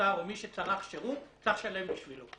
מוצר או מי שצרך שירות צריך לשלם בשבילו,